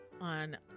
on